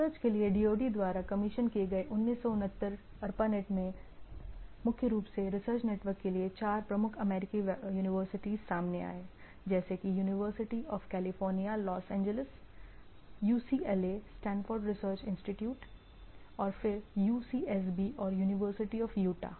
research के लिए DoD द्वारा कमीशन किए गए 1969 ARPANET में मुख्य रूप से रिसर्च नेटवर्क के लिए चार प्रमुख अमेरिकी यूनिवर्सिटी सामने आए जैसे कि university of California Los Angeles UCLA Stanford research institute और फिर UCSB और यूनिवर्सिटी ऑफ यूटा